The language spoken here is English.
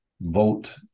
vote